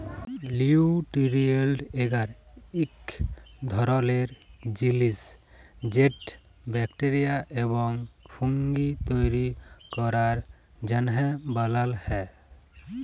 লিউটিরিয়েল্ট এগার ইক ধরলের জিলিস যেট ব্যাকটেরিয়া এবং ফুঙ্গি তৈরি ক্যরার জ্যনহে বালাল হ্যয়